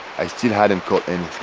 i still hadn't caught and